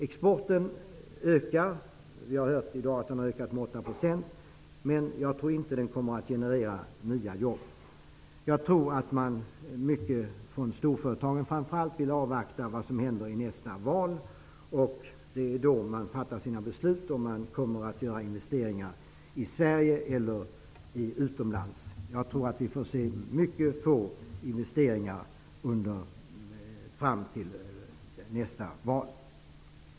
Exporten ökar. Vi har hört i dag att den har ökat med 8 %, men jag tror inte att den kommer att generera nya jobb. Jag tror att man framför allt från storföretagen vill avvakta vad som händer vid nästa val. Det är då man fattar sina beslut, om man skall göra investeringar i Sverige eller utomlands. Jag tror att vi får se mycket få investeringar fram till nästa val.